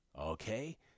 okay